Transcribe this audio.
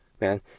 man